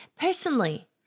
personally